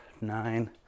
nine